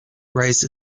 raised